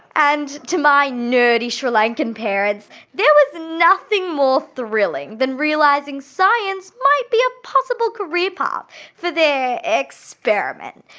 and to my nerdy sri lankan parents there was nothing more thrilling than realising science might be a possible career path for their experiment.